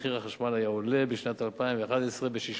מחיר החשמל היה עולה בשנת 2011 ב-6%,